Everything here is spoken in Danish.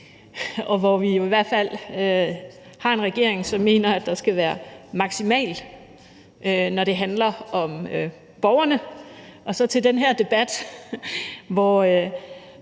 hvor vi i hvert fald har en regering, som mener, at den skal være maksimal, når det handler om borgerne, men i den her debat er